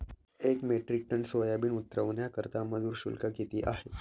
एक metric ton soybean उतरवण्याकरता मजूर शुल्क किती आहे?